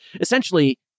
essentially